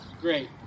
great